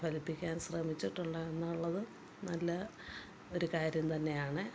ഫലിപ്പിക്കാൻ ശ്രമിച്ചിട്ടുള്ളതാണ് എന്നുള്ളത് നല്ല ഒരു കാര്യം തന്നെയാണ്